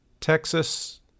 Texas